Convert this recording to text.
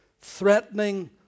threatening